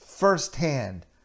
firsthand